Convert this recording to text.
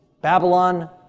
Babylon